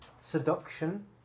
seduction